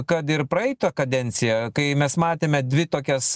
kad ir praeitą kadenciją kai mes matėme dvi tokias